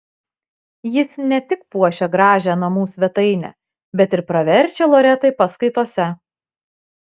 jis ne tik puošia gražią namų svetainę bet ir praverčia loretai paskaitose